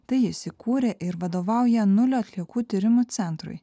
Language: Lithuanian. tai jis įkūrė ir vadovauja nulio atliekų tyrimų centrui